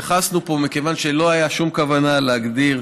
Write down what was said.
התייחסנו פה, מכיוון שלא הייתה שום כוונה להגדיר